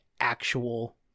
actual